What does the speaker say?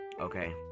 Okay